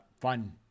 Fun